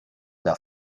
the